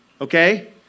Okay